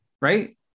Right